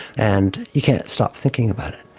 and you can't stop thinking about it.